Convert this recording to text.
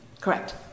correct